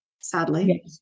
sadly